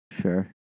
sure